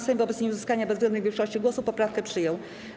Sejm wobec nieuzyskania bezwzględnej większości głosów poprawkę przyjął.